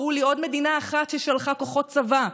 הראו לי עוד מדינה אחת ששלחה כוחות צבא,